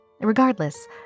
Regardless